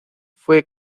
fue